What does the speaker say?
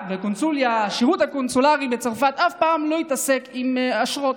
השירות הקונסולרי בצרפת אף פעם לא התעסק עם אשרות,